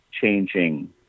changing